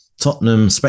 Tottenham